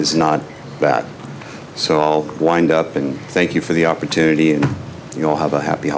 is not bad so i'll wind up and thank you for the opportunity and you know have a happy